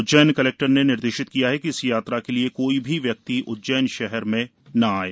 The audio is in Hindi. उज्जैन कलेक्टर ने निर्देशित किया है कि इस यात्रा के लिये कोई भी व्यक्ति उज्जैन शहर में न आये